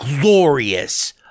glorious